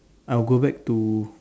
I would go back to